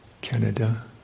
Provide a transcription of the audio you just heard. Canada